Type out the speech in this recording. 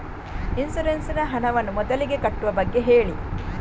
insurance ನ ಹಣವನ್ನು ಮೊದಲಿಗೆ ಕಟ್ಟುವ ಬಗ್ಗೆ ಹೇಳಿ